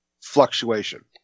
fluctuation